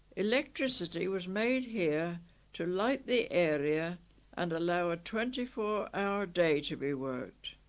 electricity was made here to light the area and allow a twenty four hour day to be worked